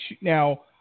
now